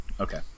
Okay